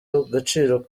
agaciro